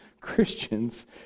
Christians